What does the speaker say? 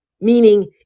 meaning